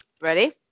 Ready